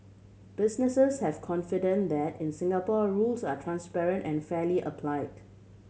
businesses have confidence that in Singapore rules are transparent and fairly applied